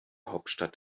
hauptstadt